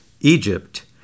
Egypt